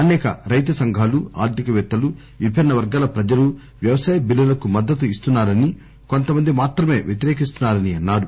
అనేక రైతు సంఘాలు ఆర్థిక పేత్తలు విభిన్న వర్గాల ప్రజలు వ్యవసాయ బిల్లులకు మద్దత్తు ఇస్తున్నారని కొంత మంది మాత్రమే వ్యతిరేకిస్తున్నారని అన్నారు